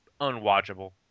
unwatchable